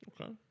Okay